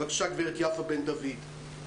הגברת יפה בן דוד, בבקשה.